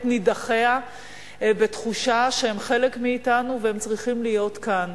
נידחיה בתחושה שהם חלק מאתנו והם צריכים להיות כאן.